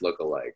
lookalike